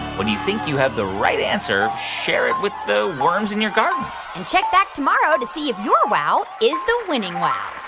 when you think you have the right answer, share it with the worms in your garden and check back tomorrow to see if your wow is the winning wow.